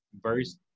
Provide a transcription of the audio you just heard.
verse